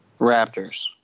Raptors